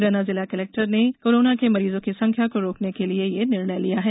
मुरैना जिला कलेक्टर ने कोरोना के मरीजों की संख्या को रोकने के लिए ये निर्णय लिया है